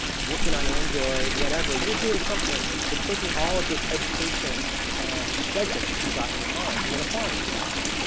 working on android, whatever. you're doing something that's taking all of this education and judgment that you've got in you mind and then applying it to something.